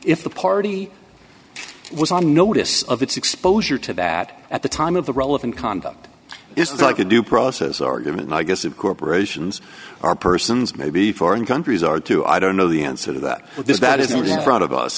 if the party was on notice of its exposure to that at the time of the relevant conduct is like a due process argument i guess of corporations are persons maybe foreign countries are too i don't know the answer to that but this that is in front of us